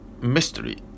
mystery